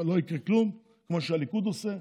לא יקרה כלום, כמו שהליכוד עושה,